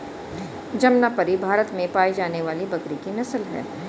जमनापरी भारत में पाई जाने वाली बकरी की नस्ल है